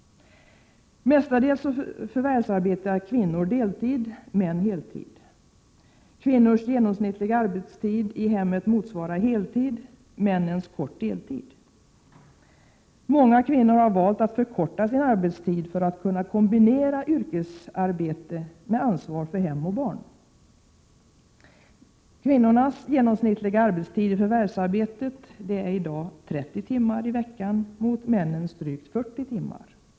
Mestadels förvärvsarbetar kvinnor deltid, män heltid. Kvinnors genomsnittliga arbetstid i hemmet motsvarar heltid, mäns kort deltid. Många kvinnor har valt att förkorta sin arbetstid för att kunna komibinera yrkesarbete med ansvar för hem och barn. Deras genomsnittliga arbetstid i förvärvsarbete är i dag 30 timmar i veckan mot männens drygt 40 timmar.